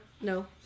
No